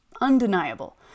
undeniable